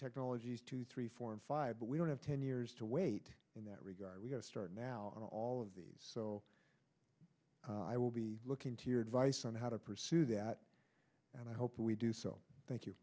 technologies two three four and five but we don't have ten years to wait in that regard we have to start now and all of these so i will be looking to your advice on how to pursue that and i hope we do so thank you